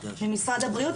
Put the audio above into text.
ממשרד הבריאות,